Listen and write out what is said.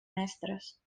mestres